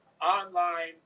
online